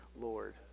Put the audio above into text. Lord